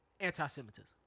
Anti-Semitism